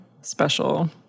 special